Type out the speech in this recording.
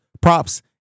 props